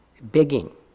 begging